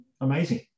amazing